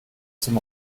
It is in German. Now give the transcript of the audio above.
zum